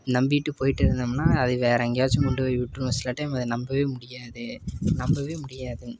நம்பிட்டு போயிட்ருந்தம்னா அது வேறு எங்கேயாச்சும் கொண்டு போய்விட்ரும் சில டைம் அதை நம்பவே முடியாது நம்பவே முடியாது